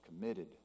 committed